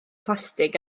plastig